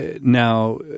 Now